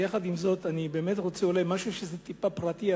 עם זאת אני רוצה להגיד אולי משהו קצת פרטי,